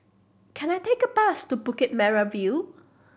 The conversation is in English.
can I take a bus to Bukit Merah View